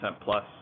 plus